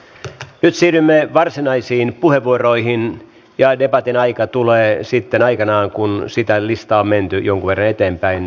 nyt siirrymme varsinaisiin puheenvuoroihin ja debatin aika tulee sitten aikanaan kun sitä listaa on menty jonkun verran eteenpäin